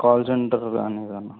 call centre కానీ ఏదన్న